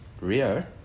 Rio